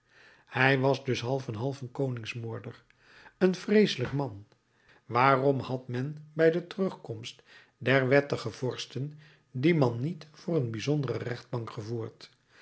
hij was dus half en half een koningsmoorder een vreeselijk man waarom had men bij de terugkomst der wettige vorsten dien man niet voor een bijzondere rechtbank gevoerd